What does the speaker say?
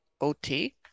OT